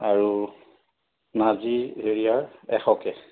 আৰু নাৰ্জি হেৰিয়াৰ এশকৈ